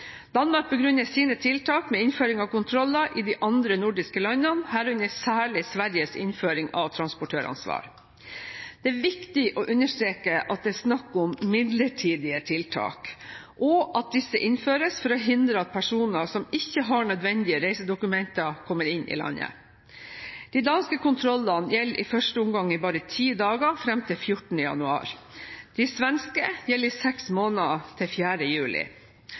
Danmark begrunner sine tiltak med innføringen av kontroller i de andre nordiske landene, herunder særlig Sveriges innføring av transportøransvar. Det er viktig å understreke at det er snakk om midlertidige tiltak, og at disse innføres for å hindre at personer som ikke har nødvendige reisedokumenter, kommer inn i landet. De danske kontrollene gjelder i første omgang bare i ti dager, fram til 14. januar. De svenske gjelder i seks måneder, til 4. juli.